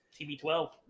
TB12